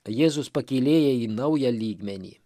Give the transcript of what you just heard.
jėzus pakylėja į naują lygmenį